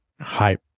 Hype